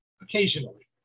occasionally